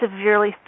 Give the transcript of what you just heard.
severely